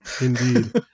Indeed